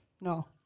no